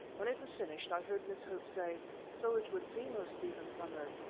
when it was finished i heard miss hope say so it would seem, o stephen somers,